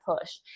push